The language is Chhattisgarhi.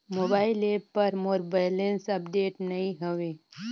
मोबाइल ऐप पर मोर बैलेंस अपडेट नई हवे